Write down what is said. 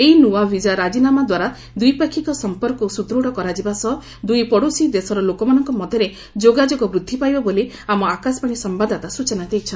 ଏହି ନ୍ତଆ ଭିଜା ରାଜିନାମା ଦ୍ୱାରା ଦ୍ୱିପାକ୍ଷିକ ସଂପର୍କକୁ ସୁଦୃତ୍ କରାଯିବା ସହ ଦୁଇ ପଡ଼ୋଶୀ ଦେଶର ଲୋକମାନଙ୍କ ମଧ୍ୟରେ ଯୋଗାଯୋଗ ବୃଦ୍ଧି ପାଇବ ବୋଲି ଆମ ଆକାଶମାଣୀ ସମ୍ଭାଦଦାତା ସ୍ୱଚନା ଦେଇଛନ୍ତି